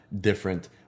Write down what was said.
different